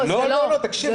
זה לא בקטנה,